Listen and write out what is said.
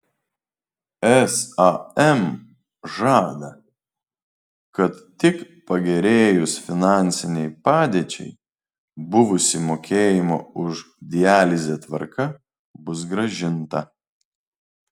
sam žada kad tik pagerėjus finansinei padėčiai buvusi mokėjimo už dializę tvarka bus grąžinta